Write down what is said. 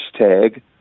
hashtag